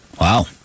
Wow